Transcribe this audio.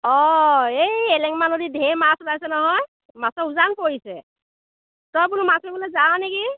অ এই এলেং মাৰলিত ধেৰ মাছ ওলাইছে নহয় মাছৰ উজান পৰিছে তই বোলো মাছ মাৰিবলৈ যাৱ নেকি